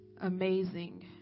amazing